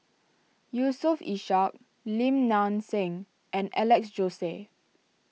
Yusof Ishak Lim Nang Seng and Alex Josey